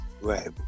right